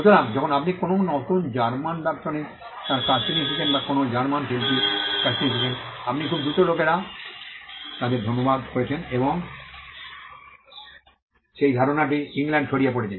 সুতরাং যখন আপনি কোনও নতুন জার্মান দার্শনিক তাঁর কাজটি নিয়ে এসেছেন বা কোনও জার্মান শিল্পী এই কাজটি নিয়ে এসেছেন আপনি খুব দ্রুত লোকেরা তাদের অনুবাদ করছেন এবং সেই ধারণাটি ইংল্যান্ডে ছড়িয়ে পড়েছে